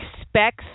expects